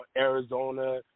Arizona